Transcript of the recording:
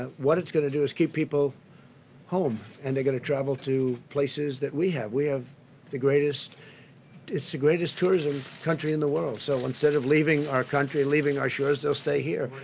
ah what it's going to do is keep people home, and they're going to travel to places that we have. we have the greatest it's the greatest tourism country in the word. so instead of leaving our country, leaving our shores, they'll stay here.